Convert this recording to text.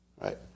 right